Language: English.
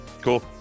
Cool